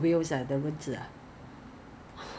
because I think Ezbuy 现在好像比较便宜 lah